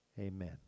Amen